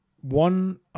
one